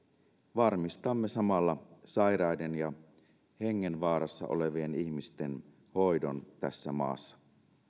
varmistamme samalla sairaiden ja hengenvaarassa olevien ihmisten hoidon tässä maassa